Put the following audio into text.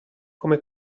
come